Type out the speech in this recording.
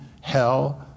hell